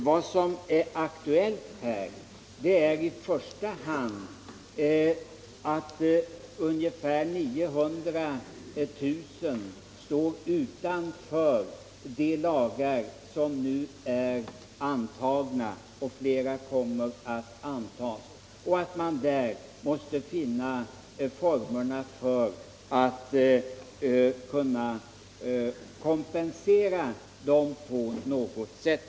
Vad som är aktuellt är i första hand att ungefär 900 000 står utanför de lagar som nu är antagna — flera lagar kommer att antas — och att man måste finna formerna för att kunna kompensera dem på något sätt.